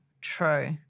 True